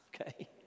Okay